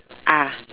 ah